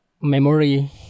memory